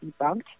debunked